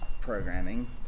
programming